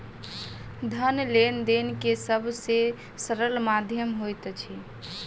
धन लेन देन के सब से सरल माध्यम होइत अछि